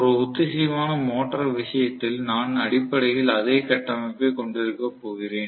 ஒரு ஒத்திசைவான மோட்டார் விஷயத்தில் நான் அடிப்படையில் அதே கட்டமைப்பைக் கொண்டிருக்கப் போகிறேன்